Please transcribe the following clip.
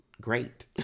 great